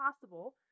possible